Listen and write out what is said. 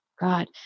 God